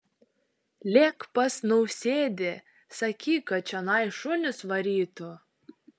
lėk pas nausėdį sakyk kad čionai šunis varytų